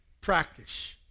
practice